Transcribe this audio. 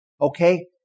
Okay